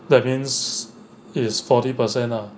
that means is forty percent ah